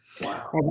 Wow